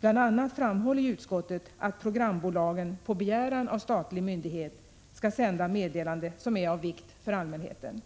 Bl.a. framhåller utskottet att programbolagen på begäran av statlig myndighet skall sända meddelanden som är av vikt för allmänheten.